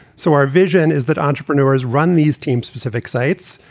so our vision is that entrepreneurs run these teams, specific sites,